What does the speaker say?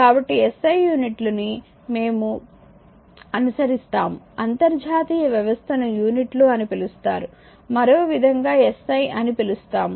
కాబట్టి SI యూనిట్ల ని మేము అనుసరిస్తాము అంతర్జాతీయ వ్యవస్థను యూనిట్లు అని పిలుస్తాము మరో విధంగా SI అని పిలుస్తాము